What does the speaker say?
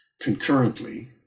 concurrently